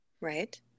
Right